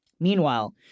Meanwhile